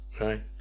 right